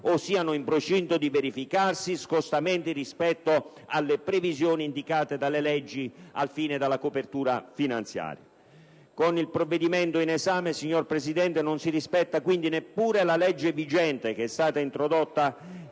o siano in procinto di verificarsi scostamenti rispetto alle previsioni indicate dalle leggi al fine della copertura finanziaria. Con il provvedimento in esame, signor Presidente, non si rispetta quindi neppure la legge vigente, introdotta